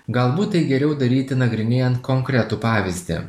galbūt tai geriau daryti nagrinėjant konkretų pavyzdį